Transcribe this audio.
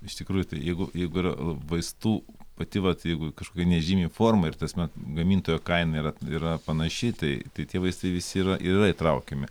iš tikrųjų jeigu jeigu ir vaistų pati vat jeigu kažkokia nežymi forma ir tasme gamintojo kaina yra yra panaši tai tai tie vaistai visi yra ir yra įtraukiami